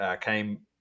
came